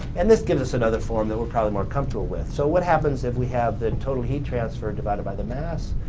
and this gives us another form that we're probably more comfortable with. so, what happens if we have the total heat transfer divided by the mass,